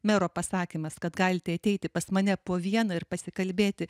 mero pasakymas kad galite ateiti pas mane po vieną ir pasikalbėti